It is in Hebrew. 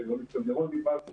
התרבות והספורט.